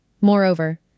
Moreover